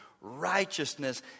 righteousness